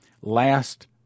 last